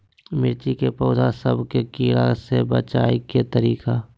मिर्ची के पौधा सब के कीड़ा से बचाय के तरीका?